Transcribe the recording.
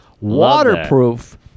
waterproof